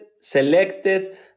selected